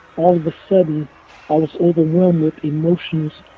all of a sudden i was overwhelmed with emotions